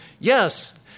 Yes